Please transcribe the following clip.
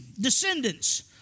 descendants